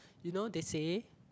you know they say